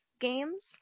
games